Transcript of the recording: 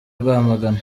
rwamagana